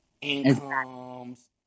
Incomes